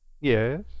Yes